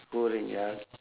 hovering ya